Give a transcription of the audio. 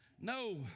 no